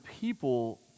people